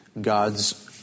God's